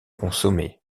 consommée